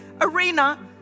arena